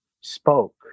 spoke